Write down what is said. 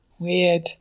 Weird